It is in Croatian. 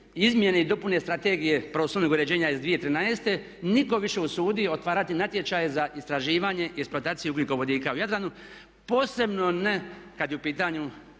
izmjene i dopune Strategije prostornog uređenja iz 2013. nitko više usudi otvarati natječaje za istraživanje i eksploataciju ugljikovodika u Jadranu posebno ne kada je u pitanju